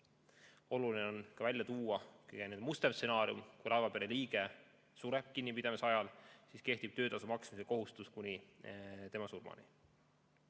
Oluline on välja tuua kõige mustem stsenaarium. Kui laevapere liige sureb kinnipidamise ajal, siis kehtib töötasu maksmise kohustus kuni tema surmani.